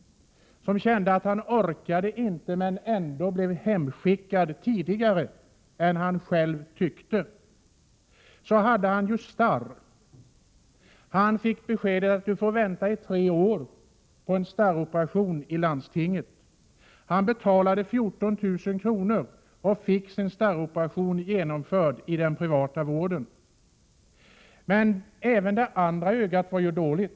Han kände att han inte orkade, men blev ändå hemskickad tidigare än vad han själv tyckte var lägligt. Dessutom hade den gamle mannen starr, men fick besked av landstinget att väntetiden på starroperation var tre år. Mannen betalade 14 000 kr. och fick sin starroperation genomförd i den privata vården. Men även det andra ögat var dåligt.